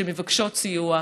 שמבקשות סיוע,